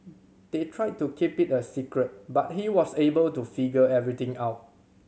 they tried to keep it a secret but he was able to figure everything out